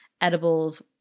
edibles